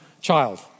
child